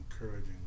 encouraging